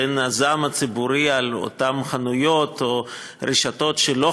לכן הזעם הציבורי על אותן חנויות או רשתות שלא